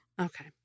Okay